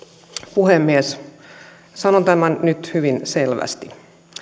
puhemies sanon tämän nyt hyvin selvästi